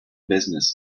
business